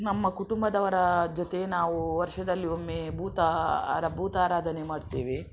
ನಮ್ಮ ಕುಟುಂಬದವರ ಜೊತೆ ನಾವು ವರ್ಷದಲ್ಲಿ ಒಮ್ಮೆ ಭೂತ ಭೂತಾರಾಧನೆ ಮಾಡ್ತೀವಿ